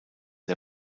der